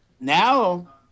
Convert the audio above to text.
now